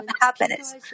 happiness